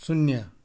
शून्य